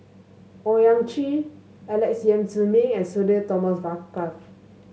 Owyang Chi Alex Yam Ziming and Sudhir Thomas Vadaketh